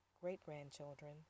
great-grandchildren